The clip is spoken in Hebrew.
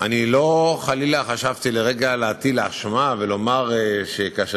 אני חלילה לא חשבתי לרגע להטיל אשמה ולומר שכאשר